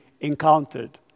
encountered